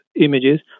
images